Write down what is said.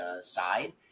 side